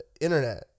Internet